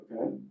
Okay